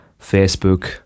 Facebook